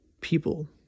people